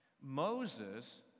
Moses